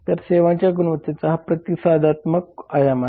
तर सेवांच्या गुणवत्तेचा हा प्रतिसादात्मकता आयाम आहे